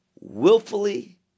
willfully